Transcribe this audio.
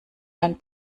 einen